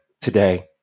today